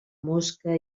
mosca